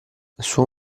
suo